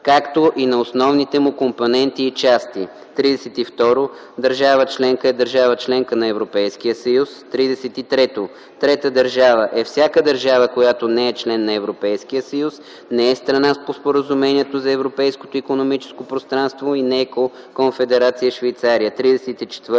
както и на основните му компоненти и части. 32. „Държава – членка” е държава - членка на Европейския съюз. 33. „Трета държава” е всяка държава, която не е член на Европейския съюз, не е страна по Споразумението за Европейското икономическо пространство или не е Конфедерация Швейцария.